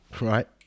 Right